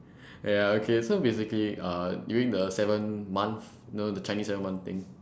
ya okay so basically uh during the seventh month the chinese seventh month thing